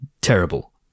Terrible